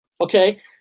okay